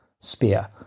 spear